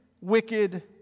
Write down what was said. wicked